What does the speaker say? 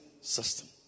system